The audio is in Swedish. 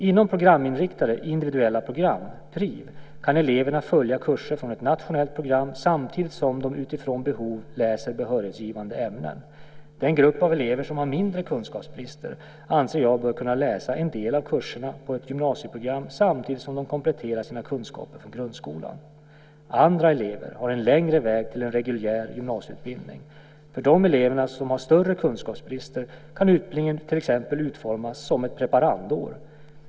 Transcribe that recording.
Inom programinriktade individuella program, PRIV, kan eleverna följa kurser från ett nationellt program samtidigt som de utifrån behov läser behörighetsgivande ämnen. Den grupp av elever som har mindre kunskapsbrister anser jag bör kunna läsa en del av kurserna på ett gymnasieprogram samtidigt som de kompletterar sina kunskaper från grundskolan. Andra elever har en längre väg till en reguljär gymnasieutbildning. För de elever som har större kunskapsbrister kan utbildningen till exempel utformas som ett preparandår.